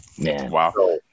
wow